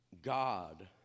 God